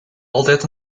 altijd